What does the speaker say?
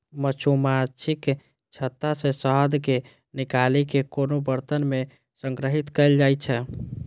मछुमाछीक छत्ता सं शहद कें निकालि कें कोनो बरतन मे संग्रहीत कैल जाइ छै